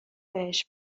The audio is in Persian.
بهش